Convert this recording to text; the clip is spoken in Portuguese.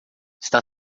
está